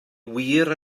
wir